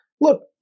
look